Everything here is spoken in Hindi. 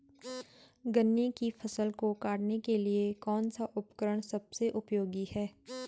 गन्ने की फसल को काटने के लिए कौन सा उपकरण सबसे उपयोगी है?